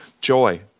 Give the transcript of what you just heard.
Joy